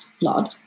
blood